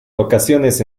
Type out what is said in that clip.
locaciones